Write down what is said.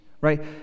right